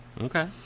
Okay